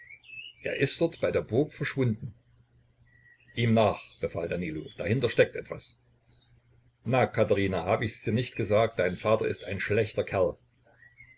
er ist dort bei der burg verschwunden ihm nach befahl danilo dahinter steckt etwas na katherina hab ich's dir nicht gesagt dein vater ist ein schlechter kerl